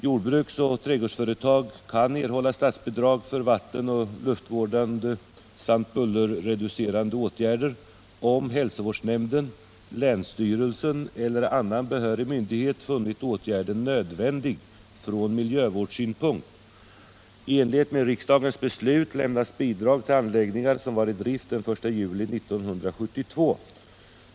Jordbruksoch trädgårdsföretag kan erhålla statsbidrag för vattenoch luftvårdande samt bullerreducerande åtgärder om hälsovårdsnämnden, länsstyrelsen eller annan behörig myndighet funnit åtgärden nödvändig från miljövårdssynpunkt. I enlighet med riksdagens beslut lämnas bidrag till anläggningar som var i drift den 1 juli 1972.